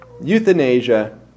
euthanasia